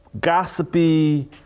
gossipy